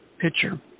picture